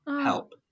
help